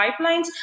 pipelines